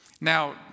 Now